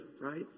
right